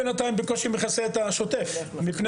בינתיים אני בקושי מכסה את השוטף מפני